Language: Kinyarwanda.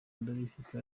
ndabifite